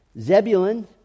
Zebulun